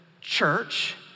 church